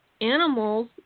animals